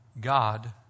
God